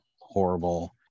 horrible